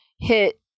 hit